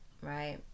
right